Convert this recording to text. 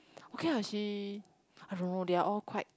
okay lah she I don't know they all quite